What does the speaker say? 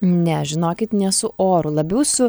ne žinokit ne su oru labiau su